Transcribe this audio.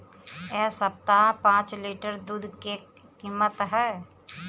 एह सप्ताह पाँच लीटर दुध के का किमत ह?